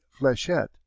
flechette